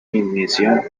ignición